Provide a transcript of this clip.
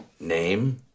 Name